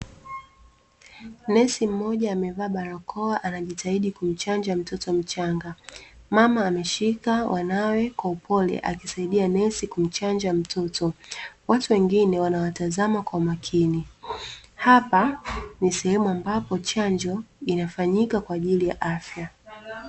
Nesi mmoja amevaa barakoa anajitaidi kumchanja mtoto mchanga, mama ameshika wanawe kwa upole, akimsaidia nesi kumchanja mtoto, watu wengine wanawatazama kwa makini. Hapa ni sehemu ambapo chanjo inafanyika kwa ajili ya afya.